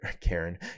Karen